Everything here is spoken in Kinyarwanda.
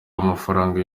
amafaranga